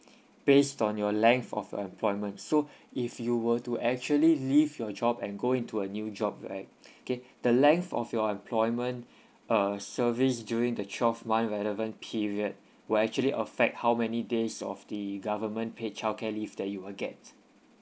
based on your length of your employment so if you were to actually leave your job and go into a new job right okay the length of your employment uh service during the twelve month relevant period will actually affect how many days of the government paid childcare leave that you will get